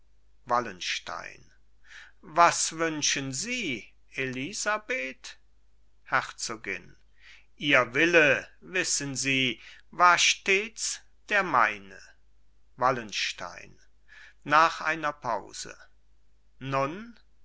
wallenstein was wünschen sie elisabeth herzogin ihr wille wissen sie war stets der meine wallenstein nach einer pause nun